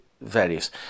various